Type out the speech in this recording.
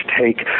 take